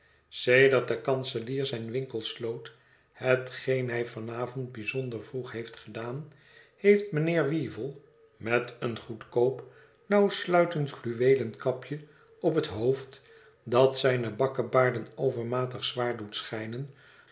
sedert de kanselier zijn winkel sloot hetgeen hij van avond bijzonder vroeg heeft gedaan heeft mijnheer weevle met een goedkoop nauw sluitend fluweelen kapje op het hoofd dat zijne bakkebaarden overmatig zwaar doet schijnen